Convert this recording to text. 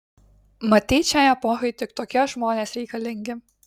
matyt šiai epochai tik tokie žmonės reikalingi